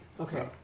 Okay